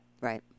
Right